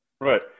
Right